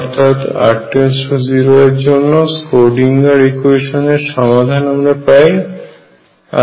অর্থাৎ r 0 এর জন্য স্ক্রোডিঙ্গার ইকুয়েশান Schrödinger equation এর সমাধান আমরা পাই rl